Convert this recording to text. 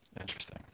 Interesting